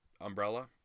umbrella